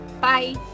Bye